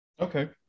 Okay